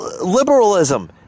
liberalism